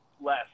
less